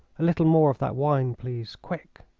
a little more of that wine, please! quick!